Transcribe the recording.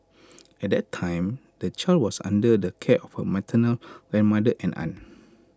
at that time the child was under the care of her maternal grandmother and aunt